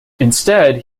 instead